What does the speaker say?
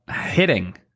hitting